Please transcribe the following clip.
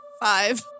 Five